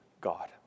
God